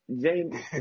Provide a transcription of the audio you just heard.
James